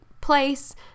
place